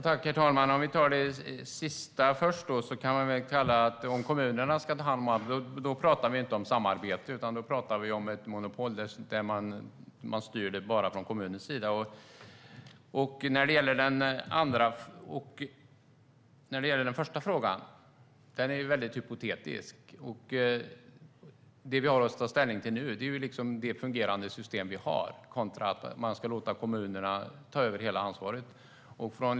Herr talman! Jag kan ta det sista först. Om kommunerna ska ta hand om allt pratar vi inte om samarbete, utan då pratar vi om ett monopol där man styr bara från kommunens sida. Den första frågan är mycket hypotetisk. Det vi har att ta ställning till nu är det fungerande system som vi har kontra att man ska låta kommunerna ta över hela ansvaret.